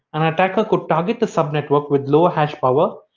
an attacker could target the sub-network with lower hash power,